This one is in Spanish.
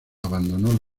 abandonó